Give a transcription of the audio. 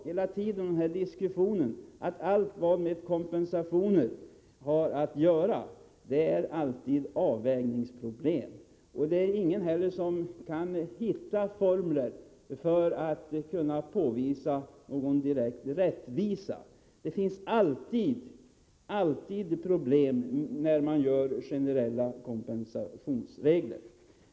Hela denna diskussion visar att allt som har med kompensation att göra alltid är avvägningsfrågor. Ingen kan heller hitta formler för att påvisa någon direkt rättvisa. Det finns alltid problem när man utformar generella kompensationsregler.